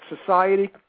society